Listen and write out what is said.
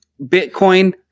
Bitcoin